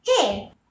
Hey